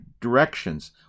directions